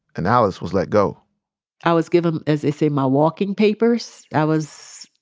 and alice was let go i was given, as they say, my walking papers. i was.